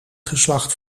geslacht